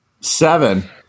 Seven